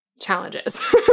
challenges